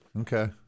Okay